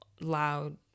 loud